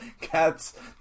Cats